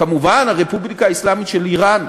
כמובן הרפובליקה האסלאמית של איראן,